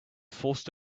forced